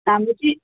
हाम्रो चि